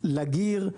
לגיר,